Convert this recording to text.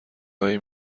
هایی